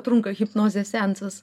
trunka hipnozės seansas